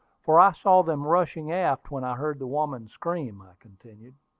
for i saw them rushing aft when i heard the woman scream, i continued.